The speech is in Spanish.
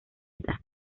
utah